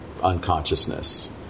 unconsciousness